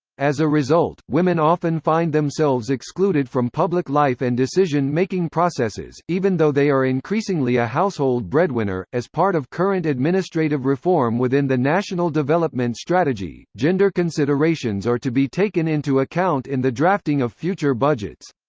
as a result, women often find themselves excluded from public life and decision-making processes, even though they are increasingly a household breadwinner as part of current administrative reform within the national development strategy, gender considerations are to be taken into account in the drafting of future budgets.